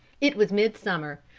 it was mid-summer.